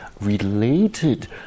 related